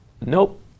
nope